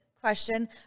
question